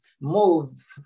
move